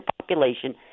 population